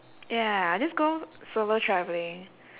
ya I'll just go solo travelling